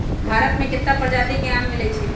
भारत मे केत्ता परजाति के आम मिलई छई